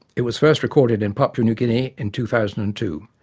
it was first recorded in papua new guinea in two thousand and two.